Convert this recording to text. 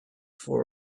for